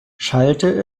schallte